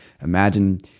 imagine